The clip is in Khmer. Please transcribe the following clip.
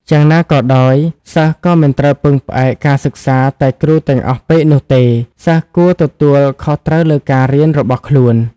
យ៉ាងណាក៏ដោយសិស្សក៏មិនត្រូវពឹងផ្អែកការសិក្សាតែគ្រូទាំងអស់ពេកនោះទេ សិស្សគួរទទួលខុសត្រូវលើការរៀនរបស់ខ្លួន។